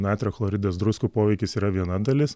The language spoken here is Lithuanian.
natrio chloridas druskų poveikis yra viena dalis